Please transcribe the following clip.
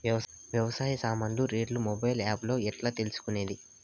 వ్యవసాయ సామాన్లు రేట్లు మొబైల్ ఆప్ లో ఎట్లా తెలుసుకునేది?